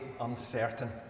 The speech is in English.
uncertain